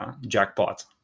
jackpot